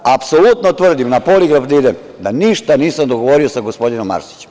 Apsolutno tvrdim, mogu na poligraf da idem da ništa nisam dogovorio sa gospodinom Arsićem.